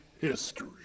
history